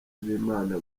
z’imana